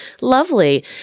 Lovely